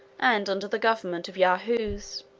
and under the government of yahoos.